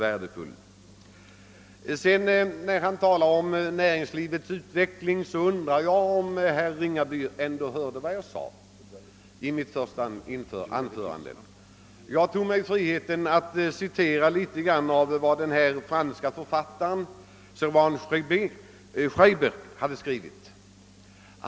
När herr Ringaby talar om näringslivets utveckling undrar jag om herr Ringaby hörde vad jag sade i mitt första anförande. Jag tog mig friheten att citera vad den franske författaren Servan-Schreiber skrivit.